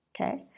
Okay